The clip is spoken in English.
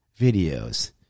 videos